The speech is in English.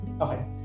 Okay